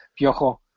Piojo